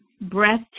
breath